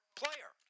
player